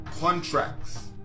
contracts